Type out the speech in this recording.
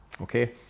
okay